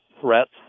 threats